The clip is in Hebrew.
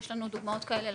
יש לנו הרבה דוגמאות כאלה.